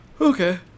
Okay